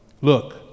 Look